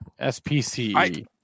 SPC